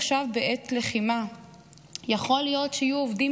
עכשיו בעת לחימה יכול להיות שיהיו עובדים